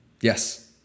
Yes